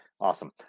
Awesome